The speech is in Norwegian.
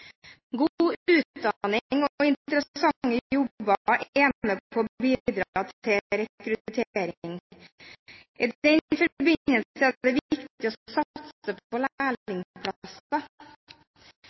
God utdanning og interessante jobber er med på å bidra til rekruttering. I den forbindelse er det viktig å satse på